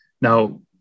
Now